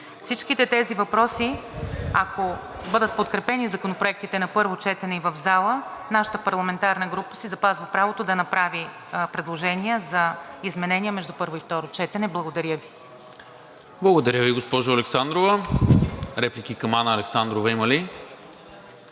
Всичките тези въпроси, ако бъдат подкрепени законопроектите на първо четене, и в залата нашата парламентарна група си запазва правото да направи предложения за изменения между първо и второ четене. Благодаря Ви. ПРЕДСЕДАТЕЛ НИКОЛА МИНЧЕВ: Благодаря Ви, госпожо Александрова. Реплики към Анна Александрова има ли?